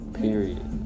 period